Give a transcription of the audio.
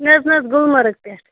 نہ حظ نہ حظ گُلمَرگ پٮ۪ٹھ